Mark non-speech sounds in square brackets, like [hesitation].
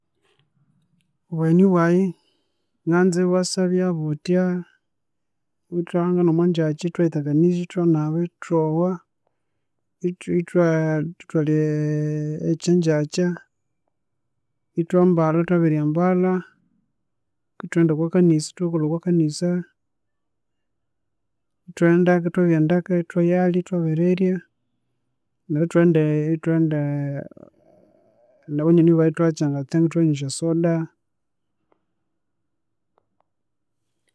Obuweni bwaye, nganza bwasyabyabutya, ithwahangana omwa ngyakya ithwayithakanizya, ithwanaba, ithwowa, [hesitation] ithwalya [hesitation] ekyingyakya, ithwambalha, thwabiryambalha, ithwaghenda okwakanisa, thukalhwa okwa kanisa, ithwendeka, thwabiriyendeka, ithwayalya, thwabirirya, neryo ithwaghenda, ithwaghenda nabanywani bayi ithwayatsanga tsanga, ithwayanywa esyasoda